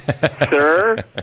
sir